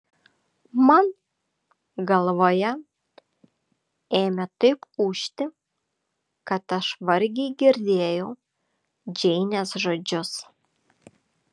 man galvoje ėmė taip ūžti kad aš vargiai girdėjau džeinės žodžius